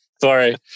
Sorry